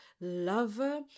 lover